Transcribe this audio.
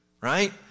right